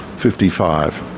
fifty five.